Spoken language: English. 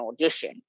audition